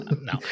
no